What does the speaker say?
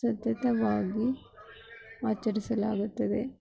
ಸತತವಾಗಿ ಆಚರಿಸಲಾಗುತ್ತದೆ